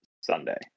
Sunday